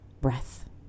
breath